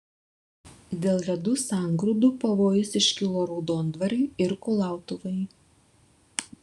dėl ledų sangrūdų pavojus iškilo raudondvariui ir kulautuvai